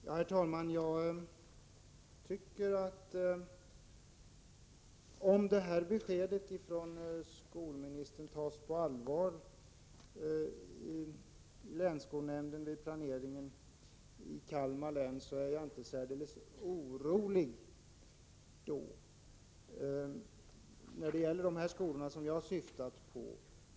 Herr talman! Om det här beskedet från skolministern tas på allvar i länsskolnämnden vid planeringen i Kalmar län, är jag inte särdeles orolig när det gäller de skolor som jag syftar på.